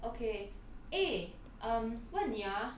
okay eh um 问你 ah